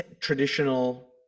traditional